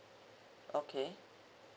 okay